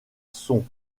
sont